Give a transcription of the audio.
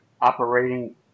operating